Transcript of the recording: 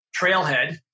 trailhead